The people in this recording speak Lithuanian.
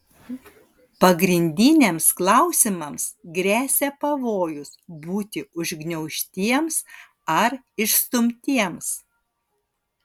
pagrindiniams klausimams gresia pavojus būti užgniaužtiems ar išstumtiems